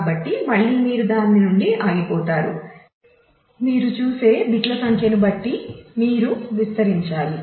కాబట్టి మళ్ళీ మీరు దాని నుండి ఆగిపోతారు మీరు చూసే బిట్ల సంఖ్యను బట్టి మీరు విస్తరించాలి